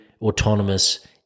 autonomous